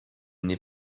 nez